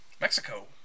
Mexico